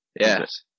yes